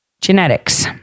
genetics